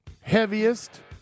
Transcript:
heaviest